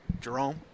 Jerome